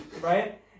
Right